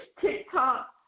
TikTok